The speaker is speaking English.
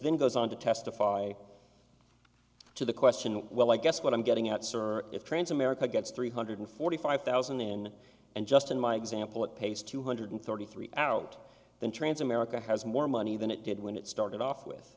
then goes on to testify to the question well i guess what i'm getting at sir if trans america gets three hundred forty five thousand in and just in my example it pays two hundred thirty three out then transamerica has more money than it did when it started off with